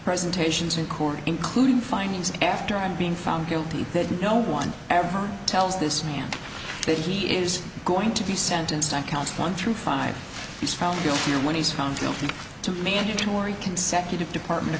presentations in court including findings after and being found guilty did no one ever tells this man that he is going to be sentenced on counts one through five he's found guilty when he is found guilty to a mandatory consecutive department of